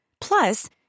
Plus